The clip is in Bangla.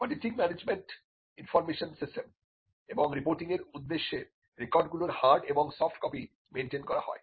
অডিটিং মানেজমেন্ট ইনফর্মেশন সিস্টেম এবং রিপোর্টিংয়ের উদ্দেশ্যে রেকর্ডগুলোর হার্ড এবং সফট কপি মেইনটেইন করা হয়